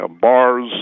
bars